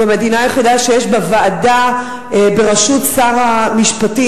זו המדינה היחידה שיש בה ועדה בראשות שר המשפטים,